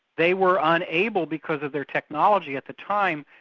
they were unable, because of their technology at the time,